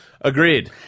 Agreed